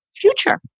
future